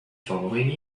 following